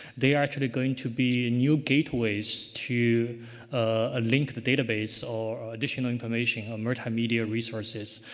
they are actually going to be new gateway's to ah link the database or additional information or multimedia resources.